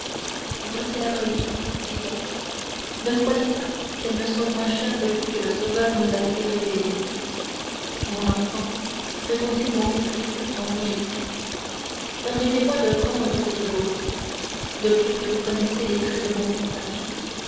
voici la réplique dit-elle ne croyez pas qu'elle me soit moins chère depuis que le sauveur nous a été révélé mon enfant répondit monte cristo en rougissant permettez-moi de reprendre cette bourse depuis que vous connaissez les traits de mon visage